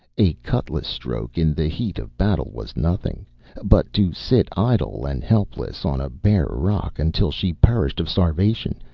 a cutlas-stroke in the heat of battle was nothing but to sit idle and helpless on a bare rock until she perished of starvation,